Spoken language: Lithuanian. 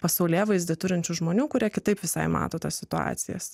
pasaulėvaizdį turinčių žmonių kurie kitaip visai matote situacijas